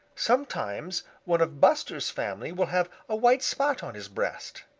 sometimes one of buster's family will have a white spot on his breast.